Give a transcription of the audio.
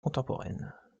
contemporaine